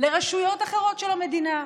לרשויות אחרות של המדינה.